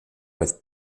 with